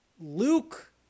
Luke